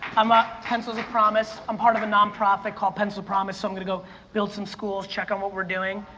i'm. ah pencils of promise, i'm part of a non-profit called pencils of promise, so i'm gonna go build some schools, check on what we're doing,